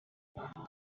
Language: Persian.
هومممم